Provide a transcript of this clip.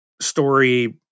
story